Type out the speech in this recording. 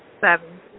Seven